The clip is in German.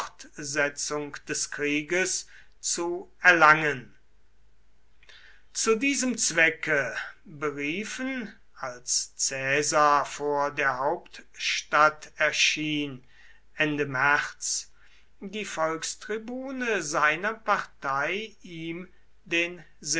fortsetzung des krieges zu erlangen zu diesem zwecke beriefen als caesar vor der hauptstadt erschien ende märz die volkstribune seiner partei ihm den